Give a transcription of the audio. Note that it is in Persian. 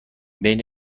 بین